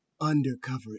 undercover